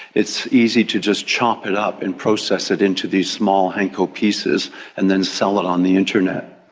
it's easy to just chop it up and process it into these small hanko pieces and then sell it on the internet.